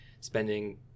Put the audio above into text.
spending